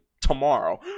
Tomorrow